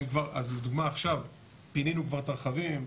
אז לדוגמה עכשיו פינינו כבר את הרכבים,